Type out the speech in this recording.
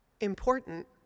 important